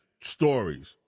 stories